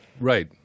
right